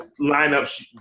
lineups